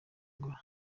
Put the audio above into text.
angola